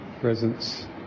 presence